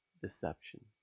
deception